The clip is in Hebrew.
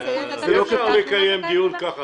חבר'ה, אי אפשר לקיים דיון כך.